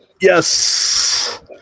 Yes